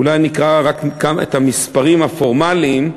אולי נקרא רק את המספרים הפורמליים,